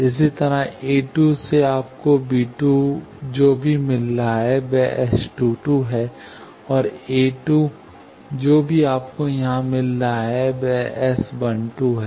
इसी तरह a2 से आपको b2 जो भी मिल रहा है वह S22 है और a2 जो भी आपको यहां मिल रहा है वह S1 2 है